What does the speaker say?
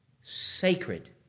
sacred